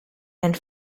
and